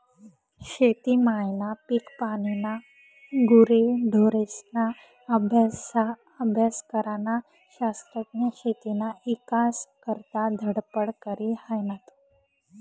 शेती मायना, पिकपानीना, गुरेढोरेस्ना अभ्यास करनारा शास्त्रज्ञ शेतीना ईकास करता धडपड करी हायनात